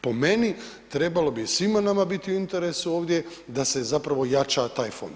Po meni trebalo bi svima nama biti u interesu ovdje da se zapravo jača taj fond.